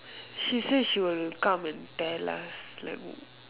she said she will come and tell us like